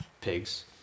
Pigs